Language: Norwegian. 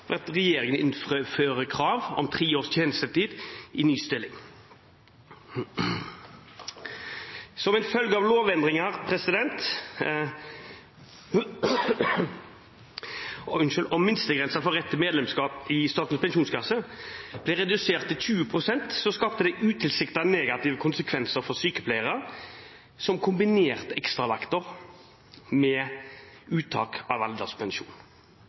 at regjeringen innfører krav om tre års tjenestetid i ny stilling. Lovendringen om at minstegrensen for rett til medlemskap i Statens pensjonskasse ble redusert til 20 pst., skapte utilsiktede negative konsekvenser for sykepleiere som kombinerte ekstravakter med uttak av